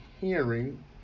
hearing